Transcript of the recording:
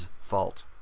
fault